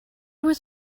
was